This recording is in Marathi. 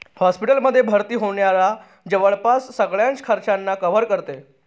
हॉस्पिटल मध्ये भर्ती होण्याच्या जवळपास सगळ्याच खर्चांना कव्हर करते